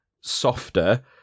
softer